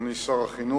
אדוני שר החינוך,